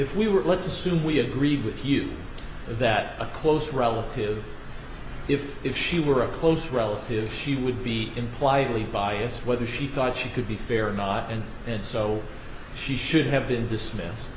if we were let's assume we agreed with you that a close relative if if she were a close relative she would be implied we bias whether she thought she could be fair or not and so she should have been dismiss